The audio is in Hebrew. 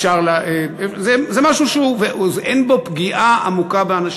זה משהו שאין בו פגיעה עמוקה באנשים.